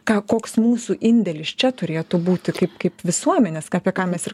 ką koks mūsų indėlis čia turėtų būti kaip kaip visuomenės ką apie ką mes ir